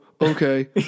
okay